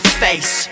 face